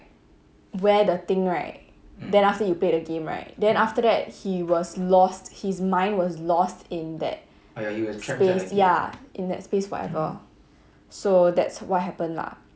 wear the thing right then after you play the game right then after that he was lost his mind was lost in that space ya in that space forever so that's what happened lah